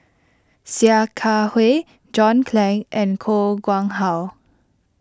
Sia Kah Hui John Clang and Koh Nguang How